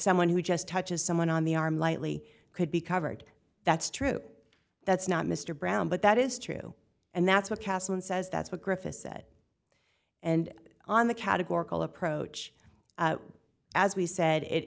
someone who just touches someone on the arm lightly could be covered that's true that's not mr brown but that is true and that's what castle and says that's what gryphus said and on the categorical approach as we said it